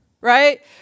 right